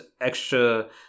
extra